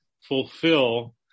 fulfill